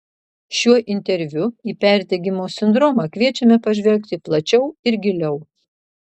šiuo interviu į perdegimo sindromą kviečiame pažvelgti plačiau ir giliau